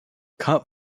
cup